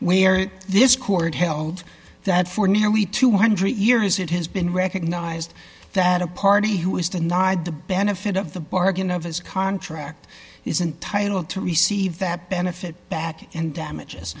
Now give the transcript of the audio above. where this court held that for nearly two hundred years it has been recognized that a party who is denied the benefit of the bargain of his contract is entitle to receive that benefit back and damages